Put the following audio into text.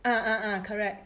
ah ah ah correct